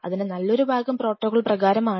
അതിൻറെ നല്ലൊരു ഭാഗം പ്രോട്ടോകോൾ പ്രകാരമാണ്